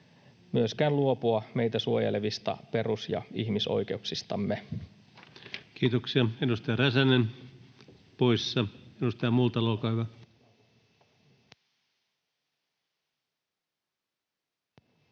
myöskään luopua meitä suojelevista perus‑ ja ihmisoikeuksistamme. Kiitoksia. — Edustaja Räsänen, poissa. — Edustaja Multala, olkaa hyvä.